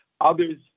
Others